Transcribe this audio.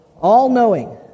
All-knowing